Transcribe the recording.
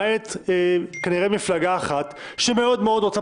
למעט כנראה מפלגה אחת שמאוד מאוד רוצה